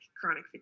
chronic